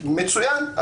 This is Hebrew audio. מצוין.